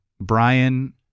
Brian